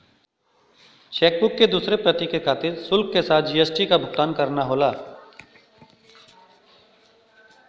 chequebook क दूसर प्रति के खातिर शुल्क के साथ जी.एस.टी क भुगतान करना होला